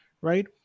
Right